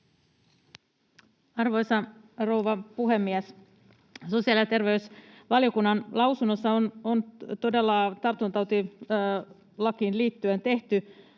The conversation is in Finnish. Arvoisa rouva puhemies! Sosiaali- ja terveysvaliokunnan lausunnossa on todella tartuntatautilakiin liittyen tehty